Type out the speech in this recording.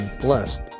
blessed